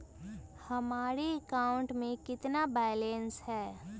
हमारे अकाउंट में कितना बैलेंस है?